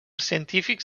científics